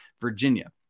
Virginia